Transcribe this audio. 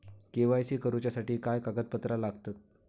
KYC करूच्यासाठी काय कागदपत्रा लागतत?